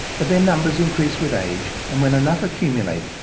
but their numbers increase with age and, when enough accumulate,